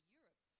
Europe